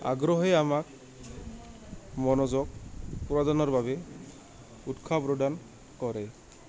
আগ্ৰহে আমাক মনোযোগ প্ৰদানৰ বাবে উৎসাহ প্ৰদান কৰে